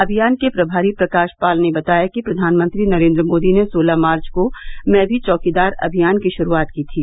अभियान के प्रभारी प्रकाश पाल ने बताया कि प्रधानमंत्री नरेन्द्र मोदी ने सोलह मार्च को मैं भी चौकीदार अभियान की शुरूआत की थी